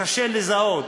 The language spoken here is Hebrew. קשה לזהות,